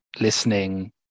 listening